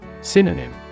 Synonym